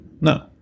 No